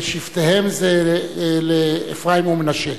לשבטיהם, זה לאפרים ומנשה.